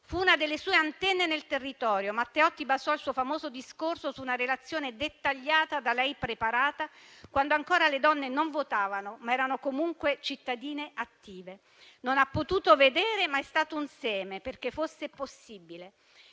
fu una delle sue antenne nel territorio; Matteotti basò il suo famoso discorso su una relazione dettagliata da lei preparata, quando ancora le donne non votavano, ma erano comunque cittadine attive. Non ha potuto vedere, ma è stato un seme, perché fosse possibile.